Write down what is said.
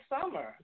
Summer